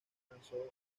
lanzó